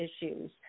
issues